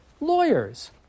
lawyers